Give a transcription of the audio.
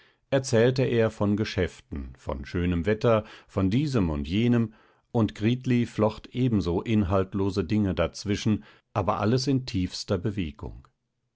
erzählte er von geschäften von schönem wetter von diesem und jenem und gritli flocht ebenso inhaltlose dinge dazwischen aber alles in tiefster bewegung